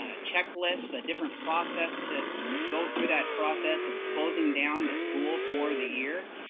ah checklists, a different process to go through that process of closing down the school for the year.